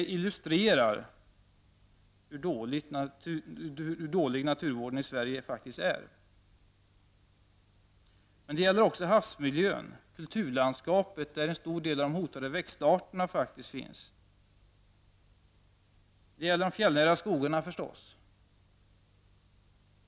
Det illustrerar hur dålig naturvården i Sverige faktiskt är. Det gäller också havsmiljön och kulturlandskapet, där en stor del av de hotade växtarterna finns. Det är naturligtvis de fjällnära skogarna.